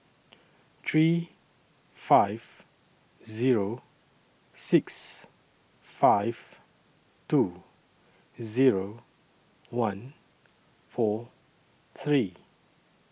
three five Zero six five two Zero one four three